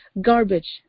garbage